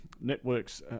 networks